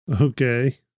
Okay